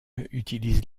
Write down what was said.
utilise